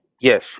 Yes